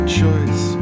choice